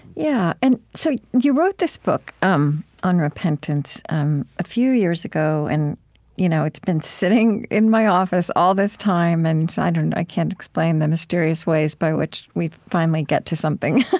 yeah. and so you wrote this book um on repentance a few years ago and you know it's been sitting in my office all this time, and i don't know, i can't explain the mysterious ways by which we finally get to something.